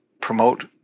Promote